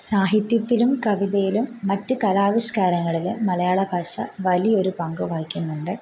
സാഹിത്യത്തിലും കവിതയിലും മറ്റ് കലാവിഷ്ക്കാരങ്ങളിലും മലയാളഭാഷ വലിയൊരു പങ്ക് വഹിക്കുന്നുണ്ട്